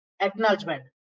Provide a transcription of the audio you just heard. acknowledgement